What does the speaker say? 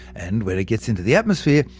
and when it gets into the atmosphere,